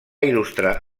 il·lustrar